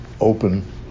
open